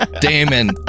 Damon